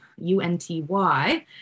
U-n-t-y